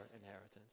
inheritance